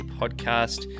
podcast